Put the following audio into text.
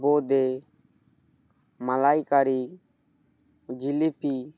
বোঁদে মালাইকারি জিলিপি